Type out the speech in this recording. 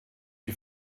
die